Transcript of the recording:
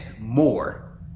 more